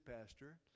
pastor